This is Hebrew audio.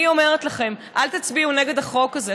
אני אומרת לכם: אל תצביעו נגד החוק הזה.